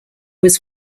was